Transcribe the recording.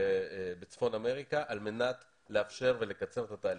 בצפון אמריקה על מנת לאפשר קיצור תהליכים.